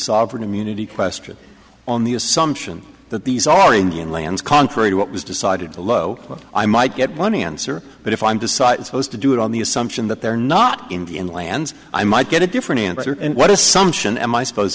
sovereign immunity question on the assumption that these are indian lands contrary to what was decided to lho i might get one answer but if i'm decided supposed to do it on the assumption that they're not in the inlands i might get a different answer and what assumption am i suppose